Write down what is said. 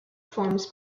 forms